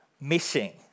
missing